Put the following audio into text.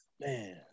Man